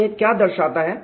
तो यह क्या दर्शाता है